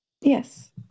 yes